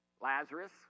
Lazarus